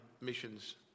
Missions